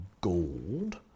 gold